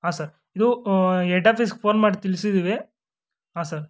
ಹಾಂ ಸರ್ ಇದು ಹೆಡ್ ಆಫೀಸ್ಗೆ ಫೋನ್ ಮಾಡಿ ತಿಳಿಸಿದ್ದೀವಿ ಹಾಂ ಸರ್